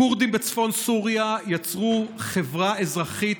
הכורדים בצפון סוריה יצרו חברה אזרחית